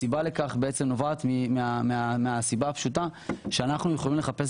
הסיבה לכך נובעת מהסיבה הפשוטה שאנחנו יכולים לחפש